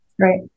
Right